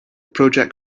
project